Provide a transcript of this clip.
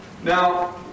Now